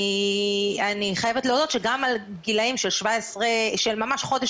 אני חייבת להודות שגם על גילאים של ממש חודש